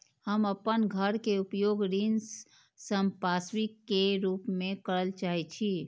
हम अपन घर के उपयोग ऋण संपार्श्विक के रूप में करल चाहि छी